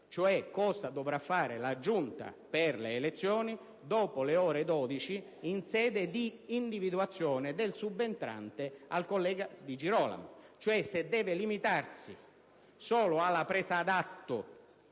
cosa dovrà fare la Giunta per le elezioni dopo le ore 12, in sede di individuazione del subentrante al collega Di Girolamo: